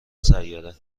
سیاره